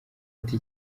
ati